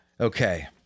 Okay